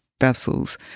vessels